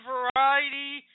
Variety